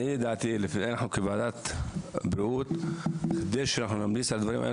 לדעתי אנחנו כוועדת הבריאות כדי שנמליץ על הדברים היינו